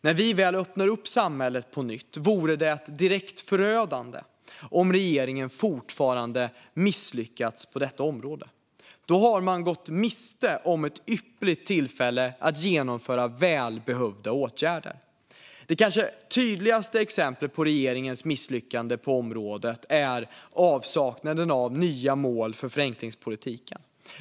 När vi väl öppnar upp samhället på nytt vore det direkt förödande om regeringen fortfarande misslyckas på detta område. Då har man gått miste om ett ypperligt tillfälle att genomföra välbehövliga åtgärder. Det kanske tydligaste exemplet på regeringens misslyckande på området är avsaknaden av nya mål för förenklingspolitiken.